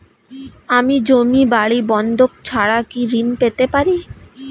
আমি জমি বাড়ি বন্ধক ছাড়া কি ঋণ পেতে পারি?